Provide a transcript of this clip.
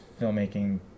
filmmaking